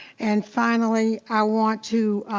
and finally, i want to,